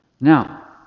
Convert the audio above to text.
Now